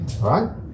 Right